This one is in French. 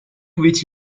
pouvait